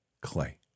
clay